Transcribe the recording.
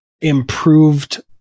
improved